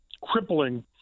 crippling